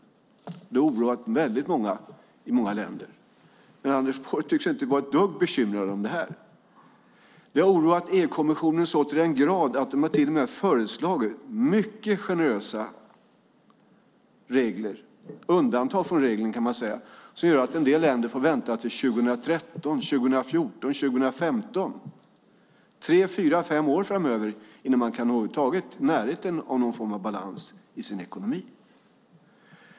Det har oroat väldigt många i många länder. Men Anders Borg tycks inte vara ett dugg bekymrad över det här. Det har oroat EU-kommissionen så till den grad att de till och med har föreslagit mycket generösa undantag från reglerna som gör att en del länder får vänta till 2013, 2014 eller 2015, alltså tre till fem år framöver innan man över huvud taget kan nå i närheten av någon form av balans i sin ekonomi.